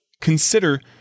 Consider